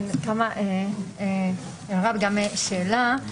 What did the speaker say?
הערה וגם שאלה.